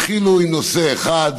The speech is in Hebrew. התחילו עם נושא אחד